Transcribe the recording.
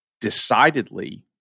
decidedly